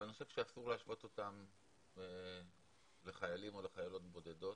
אבל אני חושב שאסור להשוות אותן לחיילים או לחיילות בודדות.